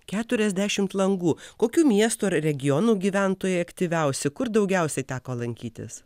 keturiasdešimt langų kokių miestų ar regionų gyventojai aktyviausi kur daugiausiai teko lankytis